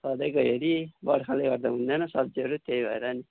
सधैँको हेरी बर्खाले गर्दा हुँदैन सब्जीहरू त्यही भएर नि